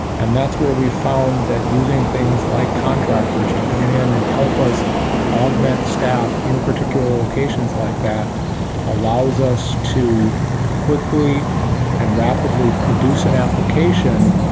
and that's where we found that using things like contractors to come in and help us augment staff in particular locations like that allows us to quickly and rapidly produce an application,